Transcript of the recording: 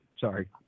Sorry